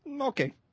okay